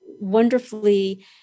wonderfully